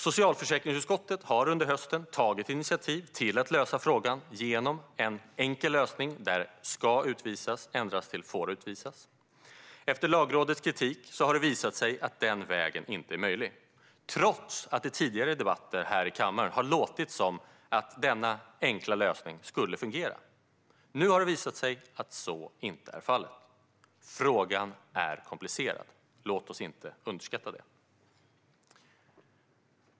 Socialförsäkringsutskottet har under hösten tagit initiativ till att lösa frågan genom en enkel lösning där "ska utvisas" ändras till "får utvisas". Efter Lagrådets kritik har det visat sig att den vägen inte är möjlig, trots att det i tidigare debatter i kammaren har låtit som att denna enkla lösning skulle fungera. Nu har det visat sig att så inte är fallet. Frågan är komplicerad. Låt oss inte underskatta det.